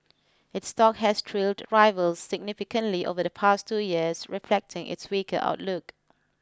it's stock has trailed rivals significantly over the past two years reflecting its weaker outlook